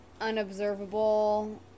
unobservable